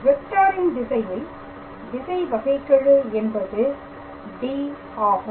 வெக்டாரின் திசையில் திசை வகைகெழு என்பது D ஆகும்